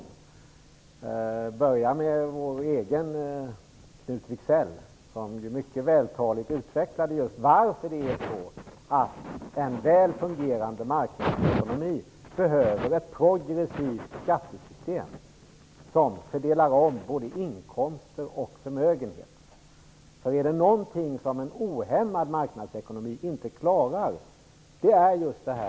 Jag kan börja med vår egen Knut Wicksell som mycket vältaligt utvecklade varför det är så att en väl fungerande marknadsekonomi behöver ett progressivt skattesystem som omfördelar både inkomster och förmögenhet. Är det något som en ohämmad marknadsekonomi inte klarar så är det just detta.